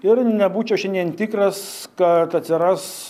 ir nebūčiau šiandien tikras kad atsiras